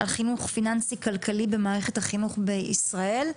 על חינוך פיננסי כלכלי במערכת החינוך בישראל.